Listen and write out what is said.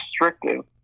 restrictive